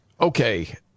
Okay